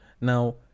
now